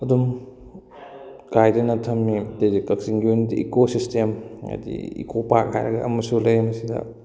ꯑꯗꯨꯝ ꯀꯥꯏꯗꯅ ꯊꯝꯏ ꯑꯩꯈꯣꯏꯒꯤ ꯀꯛꯆꯤꯡꯒꯤ ꯑꯣꯏꯅꯗꯤ ꯏꯀꯣ ꯁꯤꯁꯇꯦꯝ ꯍꯥꯏꯗꯤ ꯏꯀꯣ ꯄꯥꯔꯛ ꯍꯥꯏꯔꯒ ꯑꯃꯁꯨ ꯂꯩ ꯃꯁꯤꯗ